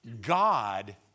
God